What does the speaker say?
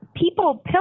people